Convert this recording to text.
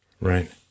Right